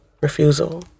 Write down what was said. refusal